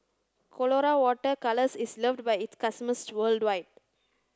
Colora Water Colours is loved by its customers worldwide